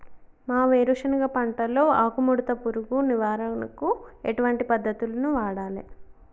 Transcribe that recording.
మా వేరుశెనగ పంటలో ఆకుముడత పురుగు నివారణకు ఎటువంటి పద్దతులను వాడాలే?